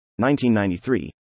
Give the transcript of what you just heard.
1993